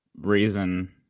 reason